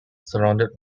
surrounded